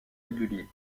régulier